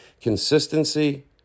Consistency